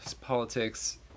Politics